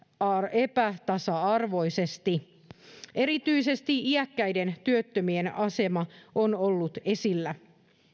epätasa arvoisesti erityisesti iäkkäiden työttömien asema on ollut esillä